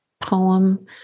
poem